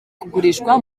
kugurishwa